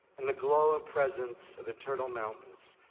and the glow and presence of eternal mountains,